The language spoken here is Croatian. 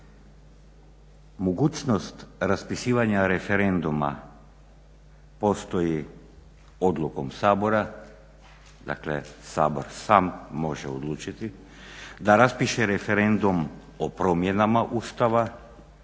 mogućnost raspisivanja referenduma postoji odlukom Sabora, dakle Sabor sam može odlučiti da raspiše referendum o promjenama Ustava,